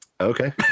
Okay